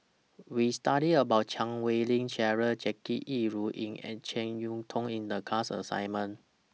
We studied about Chan Wei Ling Cheryl Jackie Yi Ru Ying and Jek Yeun Thong in The class assignment